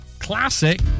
classic